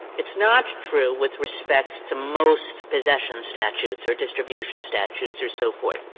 it's not true with respect to most possession statutes or distribution statutes or so forth.